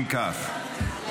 אם כך,